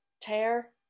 tear